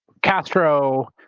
castro,